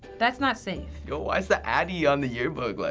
that's not safe. yo, why is the addy on the yearbook? like,